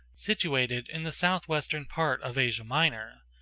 situated in the southwestern part of asia minor.